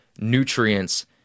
nutrients